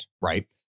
right